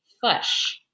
fush